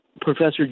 Professor